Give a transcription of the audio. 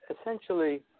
essentially